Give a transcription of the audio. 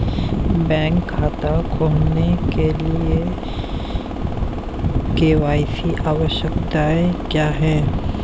Bank खाता खोलने के लिए के.वाई.सी आवश्यकताएं क्या हैं?